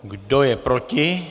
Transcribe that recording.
Kdo je proti?